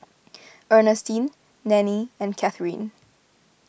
Ernestine Nannie and Catharine